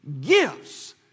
gifts